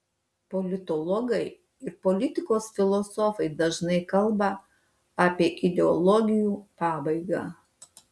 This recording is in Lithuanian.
politologai ir politikos filosofai dažnai kalba apie ideologijų pabaigą